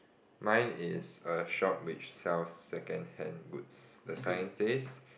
mine is a shop which sells secondhand goods the sign says